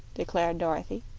declared dorothy.